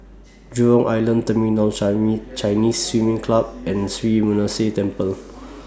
Jurong Island Terminal Chinese Swimming Club and Sri Temple